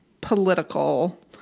political